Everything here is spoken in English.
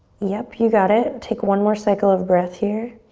yep, you got it. take one more cycle of breath here.